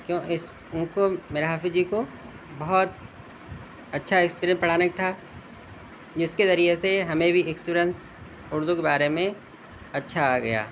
کیوں اس ان کو میرے حافظ جی کو بہت اچھا ایکسپیرینس پڑھانے کا تھا جس کے ذریعے سے ہمیں بھی ایکسپیرینس اردو کے بارے میں اچھا آ گیا